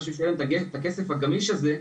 בכסף הגמיש הזה,